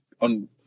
on